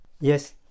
Yes